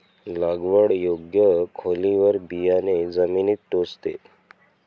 लागवड योग्य खोलीवर बियाणे जमिनीत टोचते